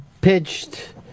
pitched